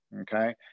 okay